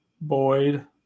Boyd